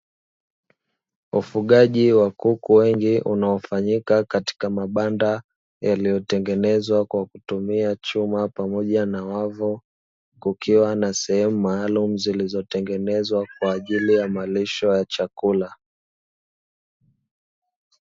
Ufugaji wa kuku wengi unaofanyika katika mabanda yaliyotengenezwa kwa kutumia chuma pamoja na wavu, kukiwa na sehemu maalumu zilizotengenezwa kwa ajili ya malisho ya chakula.